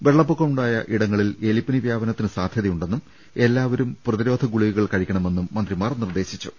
വെളളപ്പൊക്കമുണ്ടായ ഇട ങ്ങളിൽ എലിപ്പനി വ്യാപനത്തിന് സാധൃതയുണ്ടെന്നും എല്ലാവരും പ്രതിരോധ ഗുളികകൾ കഴിക്കണമെന്നും മന്ത്രിമാർ നിർദ്ദേശിച്ചു